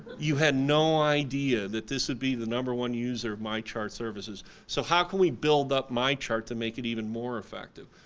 you had no idea that this would be the number one user of my chart services? so how could we build up my chart to make it even more effective?